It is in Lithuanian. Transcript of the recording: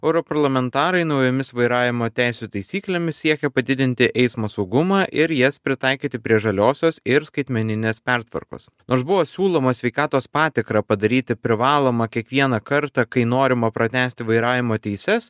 europarlamentarai naujomis vairavimo teisių taisyklėmis siekia padidinti eismo saugumą ir jas pritaikyti prie žaliosios ir skaitmeninės pertvarkos nors buvo siūloma sveikatos patikrą padaryti privaloma kiekvieną kartą kai norima pratęsti vairavimo teises